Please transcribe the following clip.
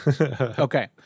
okay